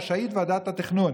רשאית ועדת התכנון.